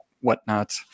whatnot